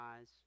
eyes